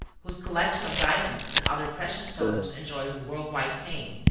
whose collection of diamonds and other precious stones enjoys a world-wide fame.